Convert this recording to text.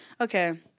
Okay